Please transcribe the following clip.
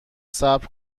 صبر